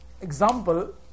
example